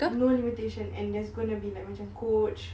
no limitation and there's going to be like macam coach